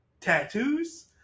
tattoos